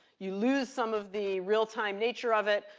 you lose some of the real-time nature of it,